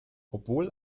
obwohl